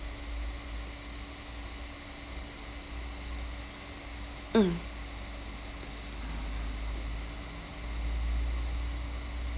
mm